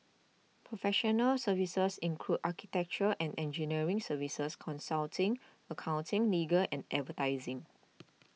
professional services include architecture and engineering services consulting accounting legal and advertising